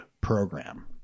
program